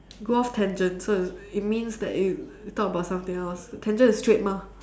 go off tangent so it means that you talk about something else tangent is straight mah